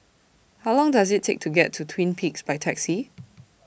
How Long Does IT Take to get to Twin Peaks By Taxi